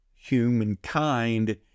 humankind